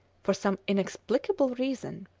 for some inexplicable reason,